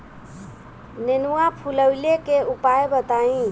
नेनुआ फुलईले के उपाय बताईं?